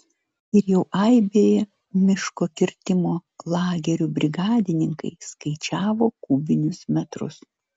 ir jau aibėje miško kirtimo lagerių brigadininkai skaičiavo kubinius metrus